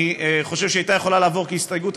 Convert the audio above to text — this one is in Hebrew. אני חושב שהיא הייתה יכולה לעבור כהסתייגות,